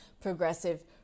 progressive